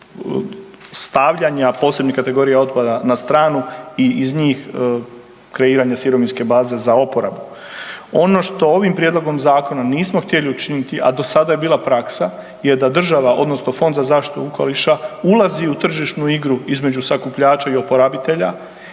stavljanja posebnih kategorija otpada na stranu i iz njih kreiranje sirovinske baze za oporabu. Ono što ovim prijedlogom zakona nismo htjeli učiniti, a do sada je bila praksa je da država odnosno Fond za zaštitu okoliša ulazi u tržišnu igru između sakupljača i oporabitelja